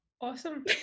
Awesome